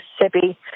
Mississippi